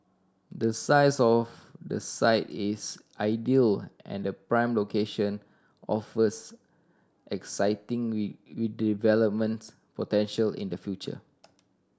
the size of the site is ideal and prime location offers excitingly redevelopments potential in the future